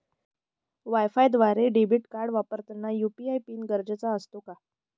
वायफायद्वारे debit card वापरताना UPI PIN गरजेचा असतो का?